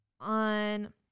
on